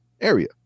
area